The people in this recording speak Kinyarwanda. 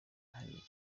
hari